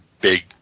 big